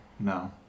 No